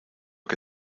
que